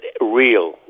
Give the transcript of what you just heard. real